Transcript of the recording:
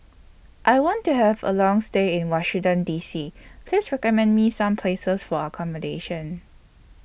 I want to Have A Long stay in Washington D C Please recommend Me Some Places For accommodation